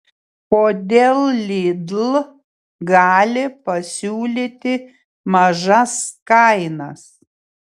kodėl lidl gali pasiūlyti mažas kainas